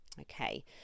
Okay